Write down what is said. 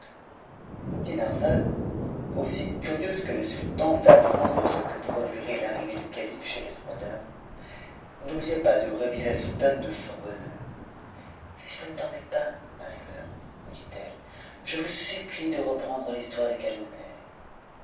nuit dinarzade aussi curieuse que le sultan d'apprendre ce que produirait l'arrivée du calife chez les trois dames n'oublia pas de réveiller la sultane de fort bonne heure si vous ne dormez pas ma soeur lui dit-elle je vous supplie de reprendre l'histoire des calenders